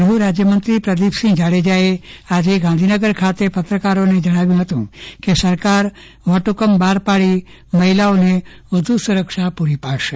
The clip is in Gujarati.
ગૃહ રાજ્યમંત્રી પ્રદિપસિંહ જાડેજાએ આજે ગાંધીનગર ખાતે પત્રકારોને જણાવ્યું હતું કે સરકાર વટહુકમ બહાર પાડી મહિલાઓને વધુ સુરક્ષા પુરી પાડશે